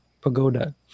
pagoda